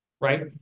Right